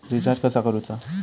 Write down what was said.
Recharge कसा करूचा?